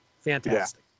Fantastic